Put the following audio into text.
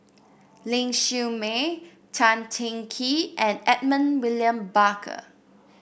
Ling Siew May Tan Teng Kee and Edmund William Barker